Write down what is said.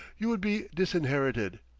you would be disinherited.